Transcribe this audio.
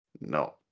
no